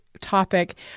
topic